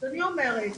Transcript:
אני אומרת,